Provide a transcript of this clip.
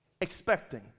expecting